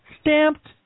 Stamped